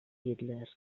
hitler